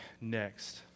next